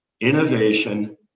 innovation